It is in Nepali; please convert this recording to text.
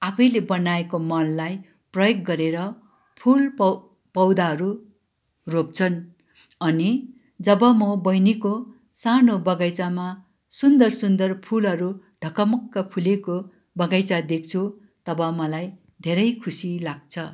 आफैले बनाएको मललाई प्रयेग गरेर फुल पौ पौधाहरू रोप्छन् अनि जब म बहिनीको सानो बगैँचामा सुन्दर सुन्दर फुलहरू ढकमक्क फुलेको बगैँचा देख्छु तब मलाई धेरै खुसी लाग्छ